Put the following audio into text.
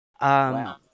Wow